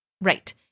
Right